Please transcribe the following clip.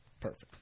Perfect